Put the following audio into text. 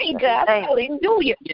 Hallelujah